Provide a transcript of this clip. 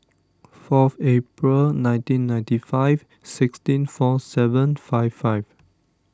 forth April nineteen ninety five sixteen four seven five five